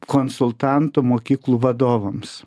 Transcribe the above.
konsultantu mokyklų vadovams